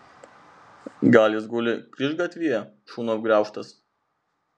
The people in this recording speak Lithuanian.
gal jis guli kryžgatvyje šunų apgraužtas